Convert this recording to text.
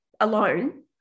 alone